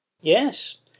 Yes